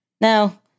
Now